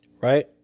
Right